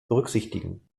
berücksichtigen